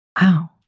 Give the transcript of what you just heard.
Wow